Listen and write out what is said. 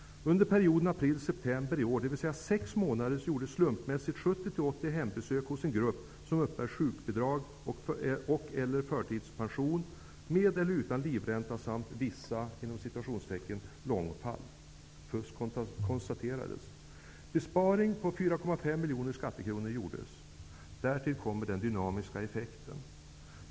Under perioden april--september i år, dvs. under sex månader, gjordes slumpmässigt 70--80 hembesök hos en grupp som uppbär sjukbidrag och/eller förtidspension med eller utan livränta samt vissa fall av långtidssjukskrivna. Fusk konstaterades. Därtill kommer den dynamiska effekten.